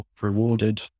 rewarded